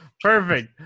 Perfect